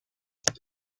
and